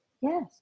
Yes